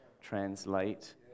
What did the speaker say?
translate